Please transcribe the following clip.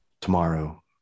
tomorrow